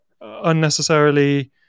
unnecessarily